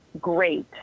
great